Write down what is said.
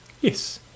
Yes